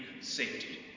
safety